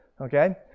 Okay